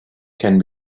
can